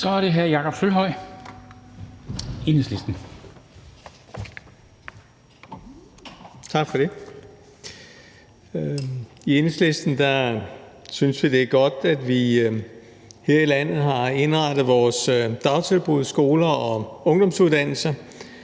(Ordfører) Jakob Sølvhøj (EL): Tak for det. I Enhedslisten synes vi, det er godt, at vi her i landet har indrettet vores dagtilbud og skoler og ungdomsuddannelser